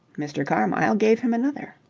mr. carmyle gave him another.